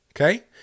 okay